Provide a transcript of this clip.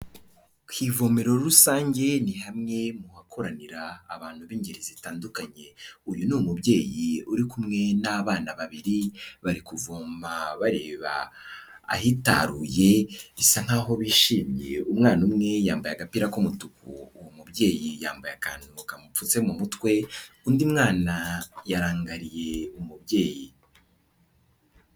Ku ivomero rusange ni hamwe mu hakoranira abantu b'ingeri zitandukanye. Uyu ni umubyeyi uri kumwe n'abana babiri, bari kuvoma bareba ahitaruye, bisa nk'aho bishimiye, umwana umwe yambaye agapira k'umutuku, uwo mubyeyi yambaye akantu kamupfutse mu mutwe, undi mwana yarangariye umubyeyi.